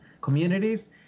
communities